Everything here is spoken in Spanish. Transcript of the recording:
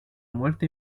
muerte